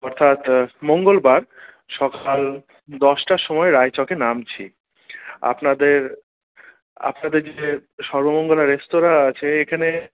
অর্থাৎ মঙ্গলবার সকাল দশটার সময় রায়চকে নামছি আপনাদের আপনাদের যে সর্বমঙ্গলা রেস্তোরাঁ আছে এখানে